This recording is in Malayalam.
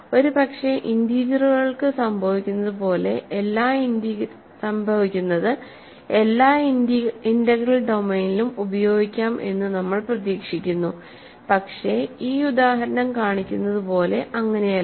ഒരുപക്ഷേ ഇന്റിജറുകൾക്ക് സംഭവിക്കുന്നത് എല്ലാ ഇന്റഗ്രൽ ഡൊമെയ്നിലും ഉപയോഗിക്കാം എന്ന് നമ്മൾ പ്രതീക്ഷിക്കുന്നു പക്ഷേ ഈ ഉദാഹരണം കാണിക്കുന്നതുപോലെ അങ്ങനെയല്ല